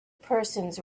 persons